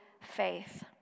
faith